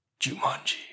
Jumanji